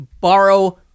borrow